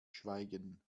schweigen